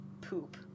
poop